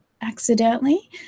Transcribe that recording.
accidentally